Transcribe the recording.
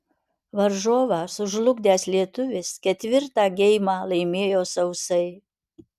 varžovą sužlugdęs lietuvis ketvirtą geimą laimėjo sausai